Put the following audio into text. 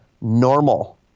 normal